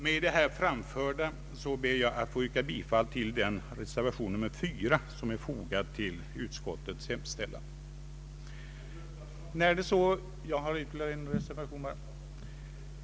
Jag ber att med det anförda få yrka bifall till reservation 4, som är fogad till utskottets utlåtande.